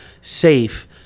safe